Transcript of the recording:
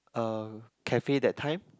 uh cafe that time